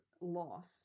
loss